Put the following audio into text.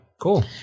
Cool